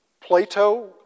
Plato